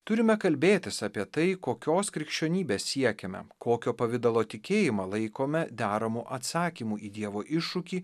turime kalbėtis apie tai kokios krikščionybės siekiame kokio pavidalo tikėjimą laikome deramu atsakymu į dievo iššūkį